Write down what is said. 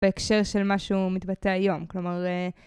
בהקשר של מה שהוא מתבטא היום, כלומר...